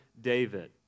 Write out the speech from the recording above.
David